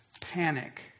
panic